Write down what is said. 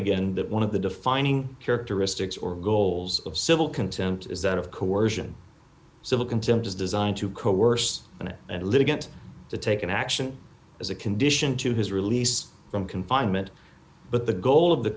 again that one of the defining characteristics or goals of civil contempt is that of coersion civil contempt is designed to coerce and litigant to take an action as a condition to his release from confinement but the goal of the